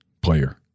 player